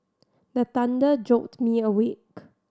the thunder jolt me awake